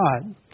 God